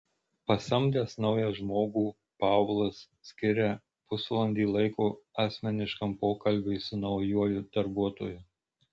pasamdęs naują žmogų paulas skiria pusvalandį laiko asmeniškam pokalbiui su naujuoju darbuotoju